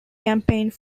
campaigned